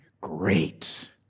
great